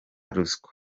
ruswa